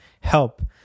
help